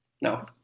no